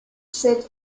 sit